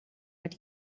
but